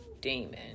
demon